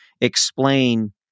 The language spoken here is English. explain